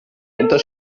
unter